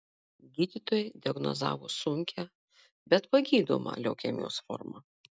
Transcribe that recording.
gydytojai diagnozavo sunkią bet pagydomą leukemijos formą